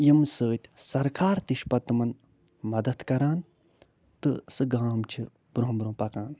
ییٚمہِ سۭتۍ سرکار تہِ چھِ پتہٕ تِمَن مدتھ کران تہٕ سُہ گام چھِ برٛونٛہہ برٛونٛہہ پکان